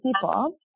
people